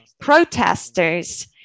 protesters